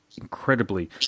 incredibly